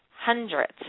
hundreds